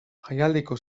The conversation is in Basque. jaialdiko